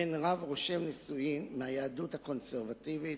בין רב רושם נישואין מהיהדות הקונסרבטיבית,